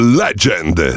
legend